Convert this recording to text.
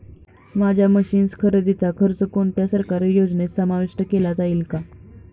माझ्या मशीन्स खरेदीचा खर्च कोणत्या सरकारी योजनेत समाविष्ट केला जाईल का?